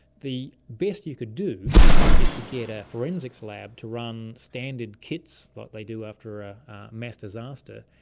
the best you could do is to get a forensics lab to run standard kits, like they do after a mass disaster,